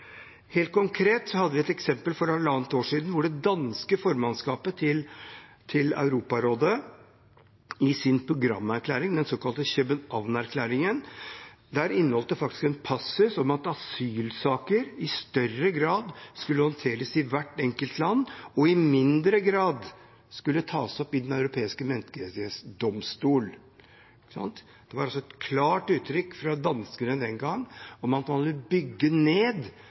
Helt konkret hadde vi et eksempel for halvannet år siden, da det danske formannskapet til Europarådet i sin programerklæring, den såkalte Københavnerklæringen, hadde en passus om at asylsaker i større grad skulle håndteres i hvert enkelt land, og i mindre grad tas opp i Den europeiske menneskerettsdomstol. Det var klart uttrykt fra danskene den gang at man ville bygge ned